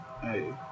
Hey